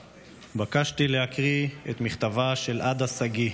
התבקשתי להקריא את מכתבה של עדה שגיא,